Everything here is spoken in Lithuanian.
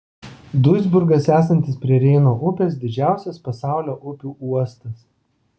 duisburgas esantis prie reino upės didžiausias pasaulio upių uostas